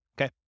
okay